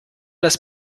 das